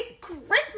christmas